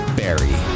barry